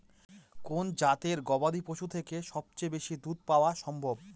কোন জাতের গবাদী পশু থেকে সবচেয়ে বেশি দুধ পাওয়া সম্ভব?